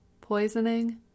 poisoning